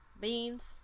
Beans